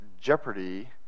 jeopardy